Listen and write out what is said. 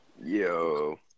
Yo